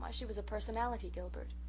ah she was a personality, gilbert.